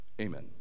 Amen